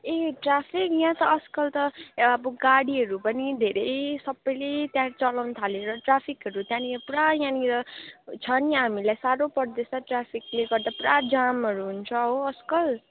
ए traffic यहाँ त आजकल त अब गाडीहरू पनि धेरै सबैले त्यहाँ चलाउनु थालेर ट्राफिकहरू त्यहाँनिर पुरा यहाँनिर छ नि हामीलाई साह्रो पर्दैछ ट्राफिकले गर्दा पुरा जामहरू हुन्छ हो आजकल